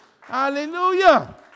Hallelujah